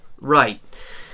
Right